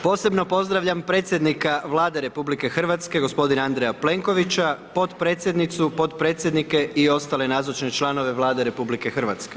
Posebno pozdravljam predsjednika Vlade RH gosp. Andreja Plenkovića, potpredsjednicu, potpredsjednike i ostale nazočne članove Vlade RH.